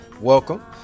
welcome